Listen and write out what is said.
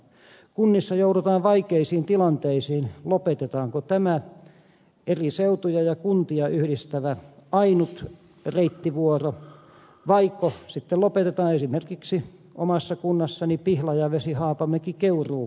kunnissa joudutaan vaikeisiin tilanteisiin lopetetaanko tämä eri seutuja ja kuntia yhdistävä ainut reittivuoro vaiko sitten lopetetaan esimerkiksi omassa kunnassani pihlajavesihaapamäkikeuruu vuoro